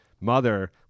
mother